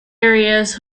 areas